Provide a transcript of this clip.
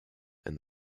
and